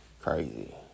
Crazy